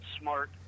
smart